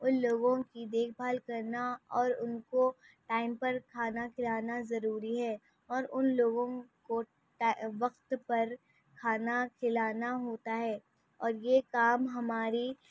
ان لوگوں کی دیکھ بھال کرنا اور ان کو ٹائم پر کھانا کھلانا ضروری ہے اور ان لوگوں کو وقت پر کھانا کھلانا ہوتا ہے اور یہ کام ہماری